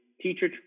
teacher